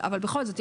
אבל בכל זאת,